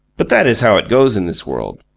but that is how it goes in this world.